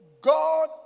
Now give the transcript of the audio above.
God